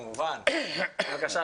בבקשה,